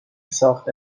ساخته